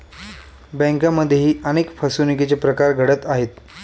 बँकांमध्येही अनेक फसवणुकीचे प्रकार घडत आहेत